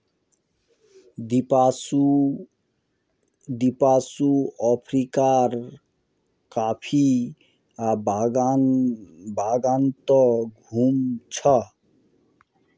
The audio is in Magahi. दीपांशु अफ्रीकार कॉफी बागानत घूम छ